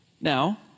Now